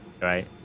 right